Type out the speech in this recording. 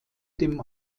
dem